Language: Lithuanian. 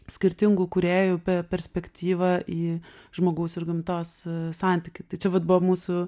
skirtingų kūrėjų perspektyva į žmogaus ir gamtos santykį tai čia vat buvo mūsų